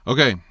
Okay